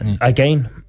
again